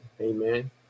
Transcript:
amen